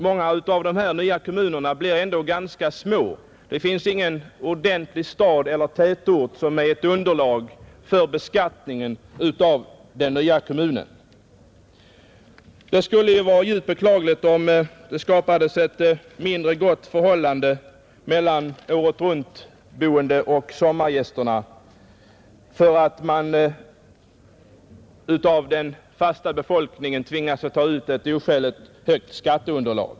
Många av dessa nya kommuner blir i alla fall ganska små där det inte finns någon ordentlig storstad eller tätort som ett underlag för beskattning av den nya kommunen, Det skulle vara djupt beklagligt om det skapades ett mindre gott förhållande mellan åretruntboende och sommargästerna därför att man av den fasta befolkningen tvingas ta ut en oskäligt hög skatt.